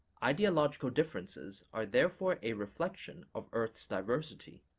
ideological differences are therefore a reflection of earth's diversity,